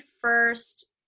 first